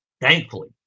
Thankfully